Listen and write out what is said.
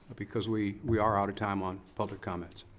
because we we are out of time on public comments.